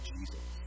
Jesus